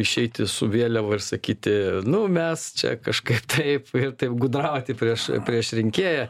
išeiti su vėliava ir sakyti nu mes čia kažkaip taip taip gudrauti prieš prieš rinkėją